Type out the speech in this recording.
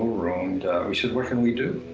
and we said, what can we do?